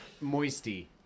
Moisty